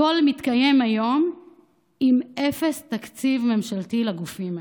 הכול מתקיים היום עם אפס תקציב ממשלתי לגופים האלה.